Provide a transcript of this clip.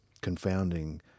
confounding